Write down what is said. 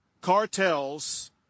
cartels